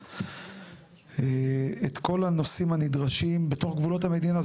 את כל הנושאים הנדרשים בתוך גבולות המדינה.